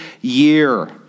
year